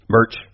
Merch